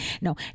No